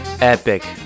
epic